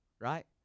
right